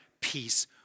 peace